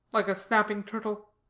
like a snapping turtle.